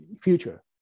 future